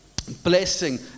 Blessing